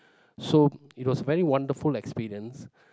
so it was very wonderful experience